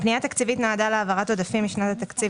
הפנייה התקציבית נועדה להעברת עודפים משנת התקציב